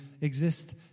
exist